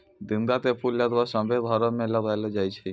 गेंदा के फूल लगभग सभ्भे घरो मे लगैलो जाय छै